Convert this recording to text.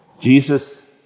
Jesus